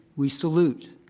we salute,